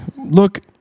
look